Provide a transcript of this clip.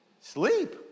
Sleep